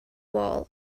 wall